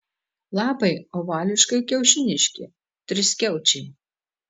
lapai ovališkai kiaušiniški triskiaučiai